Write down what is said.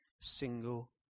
single